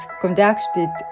conducted